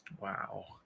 Wow